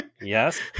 Yes